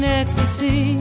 ecstasy